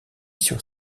sur